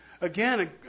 Again